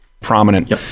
prominent